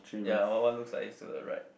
ya one one looks like it's to the right